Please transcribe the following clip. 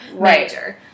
major